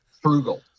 Frugal